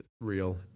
real